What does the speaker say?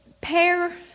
pair